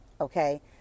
okay